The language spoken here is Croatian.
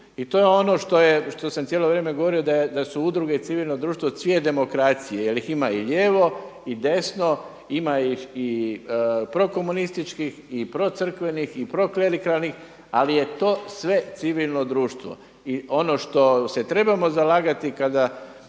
što je, što sam cijelo vrijeme govorio da su udruge cvijet demokracije jer ih ima i lijevo i desno, ima ih i prokomunističkih i procrkvenih i proklerikalnih ali je to sve civilno društvo. I ono što se trebamo zalagati kada